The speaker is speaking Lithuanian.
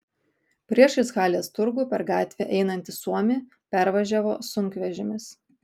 priešais halės turgų per gatvę einantį suomį pervažiavo sunkvežimis